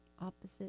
opposite